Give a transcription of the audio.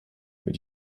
mit